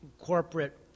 corporate